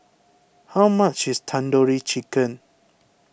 how much is Tandoori Chicken